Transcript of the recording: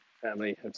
family